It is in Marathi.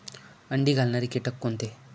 अंडी घालणारे किटक कोणते?